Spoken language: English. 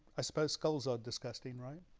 i suppose skulls are disgusting right